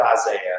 Isaiah